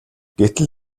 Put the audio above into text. гэтэл